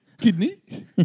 kidney